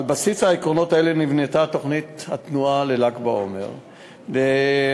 על בסיס העקרונות האלה נבנתה תוכנית התנועה לל"ג בעומר השנה.